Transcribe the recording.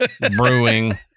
Brewing